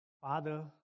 Father